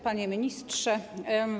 Panie Ministrze!